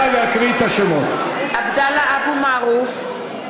(קוראת בשמות חברי הכנסת) עבדאללה אבו מערוף,